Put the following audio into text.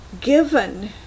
given